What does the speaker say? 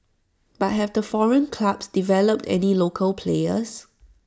but have the foreign clubs developed any local players